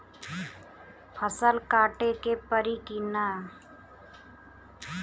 फसल काटे के परी कि न?